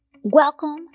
Welcome